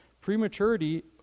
prematurity